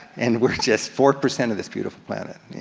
and we're just four percent of this beautiful planet,